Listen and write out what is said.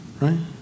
right